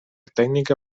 tècnica